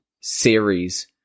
series